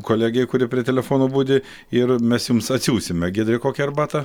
kolegei kuri prie telefono budi ir mes jums atsiųsime giedre kokią arbatą